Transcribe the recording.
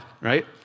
Right